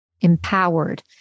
empowered